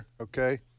Okay